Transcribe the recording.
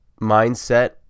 Mindset